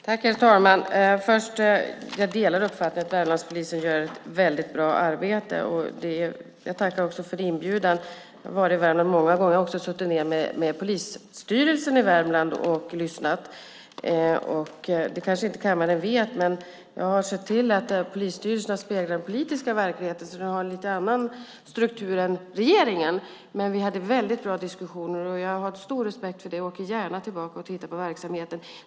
Herr talman! Jag delar uppfattningen att Värmlandspolisen gör ett bra arbete. Jag tackar också för inbjudan. Jag har varit i Värmland många gånger. Jag har också suttit ned med polisstyrelsen i Värmland och lyssnat. Kammaren kanske inte vet att jag har sett till att polisstyrelserna speglar den politiska verkligheten, så polisstyrelsen i Värmland har en lite annan struktur än regeringen. Vi hade dock mycket bra diskussioner. Jag har stor respekt för den och åker gärna tillbaka och tittar på verksamheten.